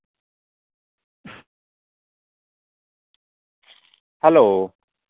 hello